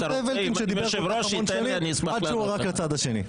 או לזאב אלקין שדיבר לפני כמה שנים עד שהוא ערק לצד השני.